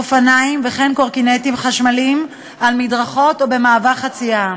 אופניים וכן קורקינטים חשמליים על מדרכות או במעבר החציה,